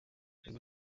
ibi